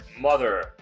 Mother